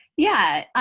yeah,